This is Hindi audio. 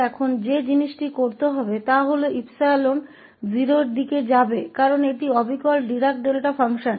अब हमें केवल यह सौदा करना है कि अब क्या होगा जब हम इसे 𝜖 से 0 पर ले जाते हैं क्योंकि यह ठीक डिराक डेल्टा फ़ंक्शन है